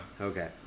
Okay